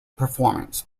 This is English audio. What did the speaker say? performance